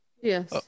Yes